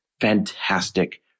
fantastic